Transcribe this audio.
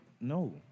No